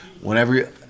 whenever